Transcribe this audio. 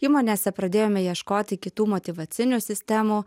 įmonėse pradėjome ieškoti kitų motyvacinių sistemų